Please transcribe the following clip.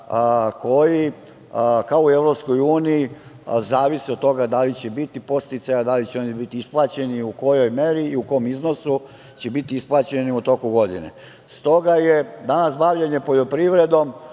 koji kao i u EU zavise od toga da li će biti podsticaja, da li će biti isplaćeni, u kojoj meri i u kom iznosu će biti isplaćeni u toku godine. Stoga je danas bavljenje poljoprivredom